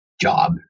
job